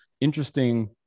interesting